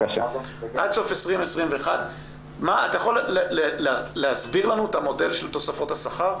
עד סוף 2021. אתה יכול להסביר לנו את המודל של תוספות השכר?